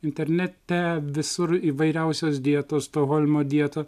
internete visur įvairiausios dietos stokholmo dieta